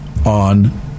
on